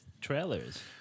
trailers